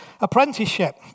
apprenticeship